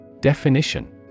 Definition